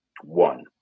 one